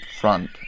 front